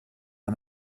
amb